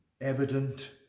evident